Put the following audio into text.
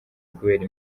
kubera